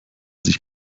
sich